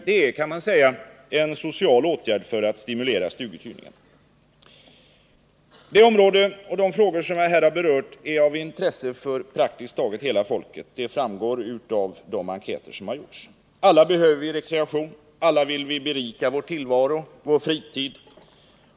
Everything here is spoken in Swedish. Det är, kan man säga, en social åtgärd att stimulera stuguthyrningen. Det område och de frågor som jag här har berört är av intresse för praktiskt taget hela folket. Det framgår av de enkäter som gjorts. Alla behöver vi rekreation, och alla vill vi berika vår tillvaro, vår fritid.